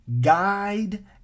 guide